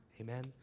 Amen